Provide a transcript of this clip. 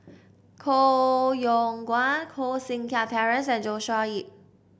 Koh Yong Guan Koh Seng Kiat Terence and Joshua Ip